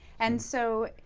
and so,